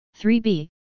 3B